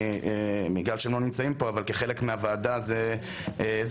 הם לא נמצאים פה אבל כחלק מהוועדה הם העבירו